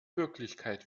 wirklichkeit